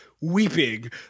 weeping